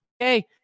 okay